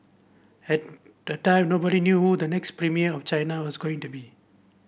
at the time nobody knew who the next premier of China was going to be